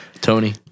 Tony